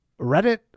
Reddit